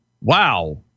Wow